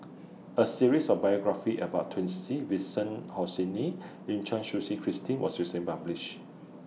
A series of biographies about Twisstii Vincent Lim Suchen Christine was recently published